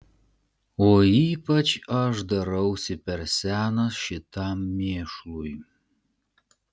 o ypač aš darausi per senas šitam mėšlui